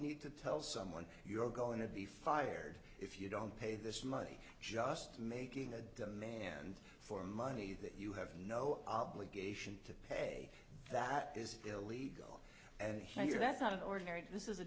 need to tell someone you're going to be fired if you don't pay this money just making a demand for money that you have no obligation to pay that is illegal and here that's not an ordinary this is a